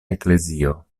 eklezio